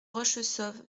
rochessauve